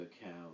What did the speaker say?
account